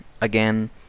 again